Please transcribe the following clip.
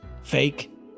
fake